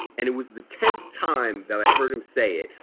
and it was the tenth time that i heard him say it.